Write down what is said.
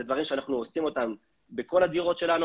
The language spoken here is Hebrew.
אלה דברים שאנחנו עושים בכל הדירות שלנו,